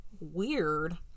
weird